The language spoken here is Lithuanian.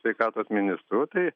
sveikatos ministru tai